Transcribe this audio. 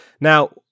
Now